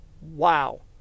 Wow